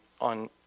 on